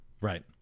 Right